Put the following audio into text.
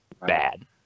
bad